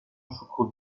choucroute